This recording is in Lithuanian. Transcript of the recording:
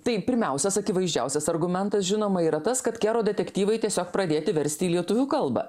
tai pirmiausias akivaizdžiausias argumentas žinoma yra tas kad kero detektyvai tiesiog pradėti versti į lietuvių kalbą